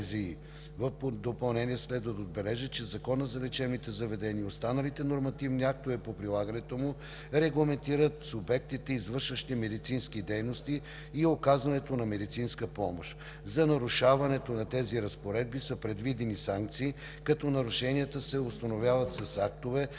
В допълнение следва да отбележа, че Законът за лечебните заведения и останалите нормативни актове по прилагането му регламентират субектите, извършващи медицински дейности и оказването на медицинска помощ. За нарушението на тези разпоредби са предвидени и санкции, като нарушенията се установяват с актове,